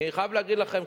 אני חייב להגיד לכם,